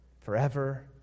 Forever